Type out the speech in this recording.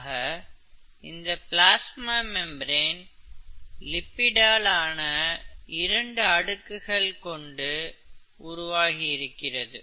ஆக இந்த plasma membrane லிப்பிடால் ஆன இரண்டு அடுக்கு கொண்டு உருவாகி இருக்கிறது